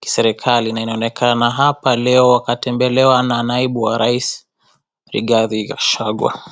kiserikari. Na inaonekana hapa leo katembelewa na naibu wa rais Rigathi Gachagua.